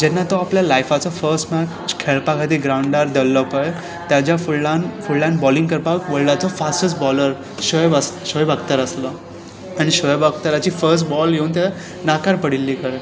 जेन्ना तो आपल्या लायफाचो फस्ट मॅच खेळपा खातीर ग्रावंडार देविल्लो पळय ताज्या फुडल्यान बॉलिंग करपाक वल्डाचो फास्टस बॉलर शोहेब शोहब अख्तर आसलो आनी शोहेब अख्तराची फस्ट बॉल येवन खंय नाकार पडिल्ली